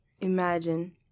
Imagine